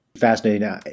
Fascinating